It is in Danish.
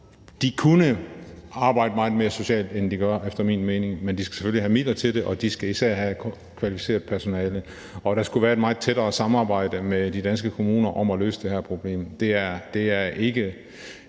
mening arbejde meget mere socialt, end de gør, men de skal selvfølgelig have midler til det, og de skal især have kvalificeret personale. Og der skulle være et meget tættere samarbejde med de danske kommuner om at løse det her problem.